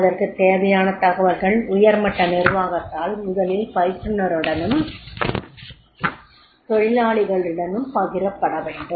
அதற்கு தேவையான தகவல்கள் உயர்மட்ட நிர்வாகத்தால் முதலில் பயிற்றுனருடனும் தொழிலாளிகளுடனும் பகிரப்பட வேண்டும்